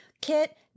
kit